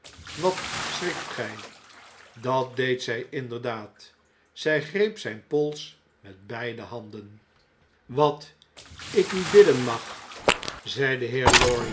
wat schrikt gij dat deed zij inderdaad zij greep zijn pols met beide handen b wat ik u bidden mag zei de